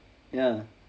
ya